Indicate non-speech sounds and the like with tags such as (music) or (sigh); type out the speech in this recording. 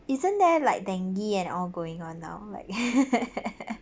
isn't there like dengue and all going on now like (laughs)